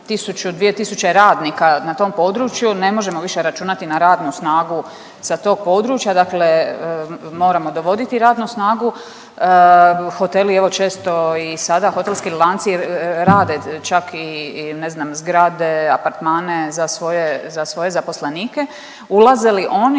radnika na tom području, ne možemo više računati na radnu snagu sa tog područja, dakle moramo dovoditi radnu snagu, hoteli evo često i sada, hotelski lanci rade čak i ne znam zgrade, apartmane za svoje, za svoje zaposlenike, ulaze li oni